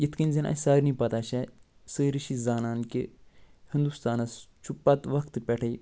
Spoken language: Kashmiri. یِتھ کٔنۍ زن اَسہِ سارنی پتہ چھےٚ سٲری چھِ یہِ زانان کہِ ہِنٛدوستانس چھُ پتہٕ وقتہٕ پٮ۪ٹھَے